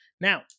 Now